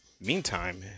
meantime